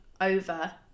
over